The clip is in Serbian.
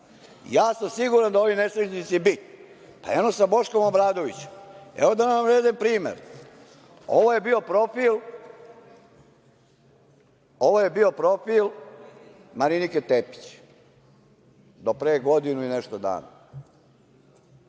sam siguran da ovi nesrećnici bi. Pa, evo, sa Boškom Obradovićem. I da vam navedem primer. Ovo je bio profil Marinike Tepić, do pre godinu i nešto dana.